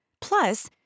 Plus